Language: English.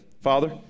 Father